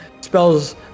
spells